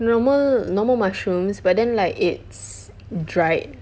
normal normal mushrooms but then like it's dried